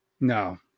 No